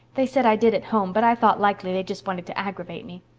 they said i did at home, but i thought likely they just wanted to aggravate me.